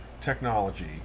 technology